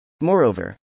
Moreover